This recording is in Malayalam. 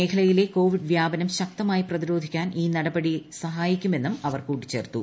മേഖലയിലെ കോവിഡ് വ്യാപനം ശക്തമായി പ്രതിരോധിക്കാൻ ഈ നടപടി സഹായിക്കുമെന്നും അവർ കൂട്ടിച്ചേർത്തു